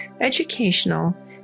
educational